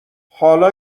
حالا